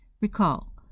recall